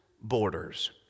borders